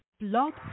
Blog